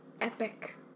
epic